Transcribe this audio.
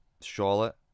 Charlotte